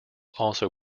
also